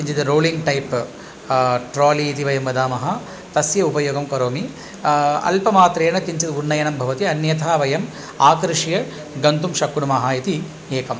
किञ्चित् rolling tape trolley इति वयं वदामः तस्य उपयोगं करोमि अल्पमात्रेण किञ्चित् उन्नयनं भवति अन्यथा वयम् आकृश्य गन्तुं शक्नुमः इति एकम्